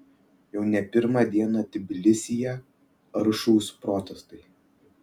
jau ne pirmą dieną tbilisyje aršūs protestai